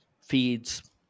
feeds